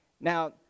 Now